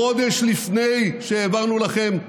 חודש לפני שהעברנו לכם,